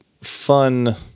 fun